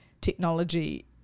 technology